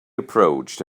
approached